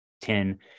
Ten